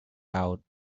out